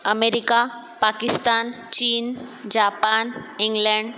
America Pakistan चीन Japan England